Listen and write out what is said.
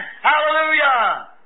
hallelujah